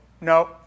No